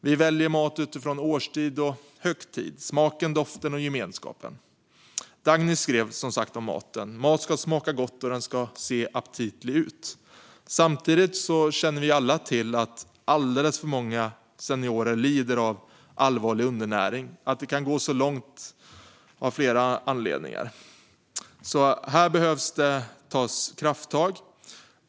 Vi väljer mat utifrån årstid och högtid - smaken, doften och gemenskapen. Dagny skrev, som sagt, om maten. Mat ska smaka gott, och den ska se aptitlig ut. Samtidigt känner vi alla till att alldeles för många seniorer lider av allvarlig undernäring. Det finns flera anledningar till att det kan gå så långt. Här behöver det därför tas krafttag.